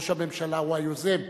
ראש הממשלה הוא היוזם.